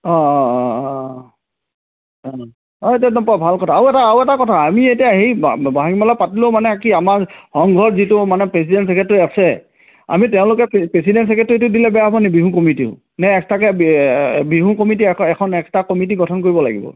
অঁ অঁ অঁ অঁ হয় এইটো একদম ভাল কথা আৰু এটা আৰু এটা কথা আমি এতিয়া হেৰি বহাগী মেলা পাতিলেও মানে কি আমাৰ সংঘত যিটো মানে প্ৰেচিডেণ্ট ছেক্ৰেটেৰী আছে আমি তেওঁলোকে প্ৰেচিডেণ্ট চেক্ৰেটেৰীটো দিলে বেয়া হব নেকি বিহু কমিটিও নে এক্সট্ৰাকৈ বিহু কমিটি এখন এক্সট্ৰা কমিটি গঠন কৰিব লাগিব